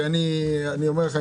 אני אומר לך,